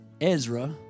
Ezra